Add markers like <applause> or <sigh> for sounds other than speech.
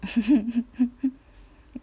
<laughs>